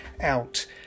out